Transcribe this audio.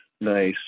nice